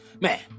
Man